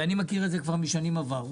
ואני מכיר את זה כבר משנים עברו,